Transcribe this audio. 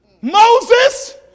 Moses